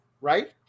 right